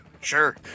Sure